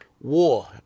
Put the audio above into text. war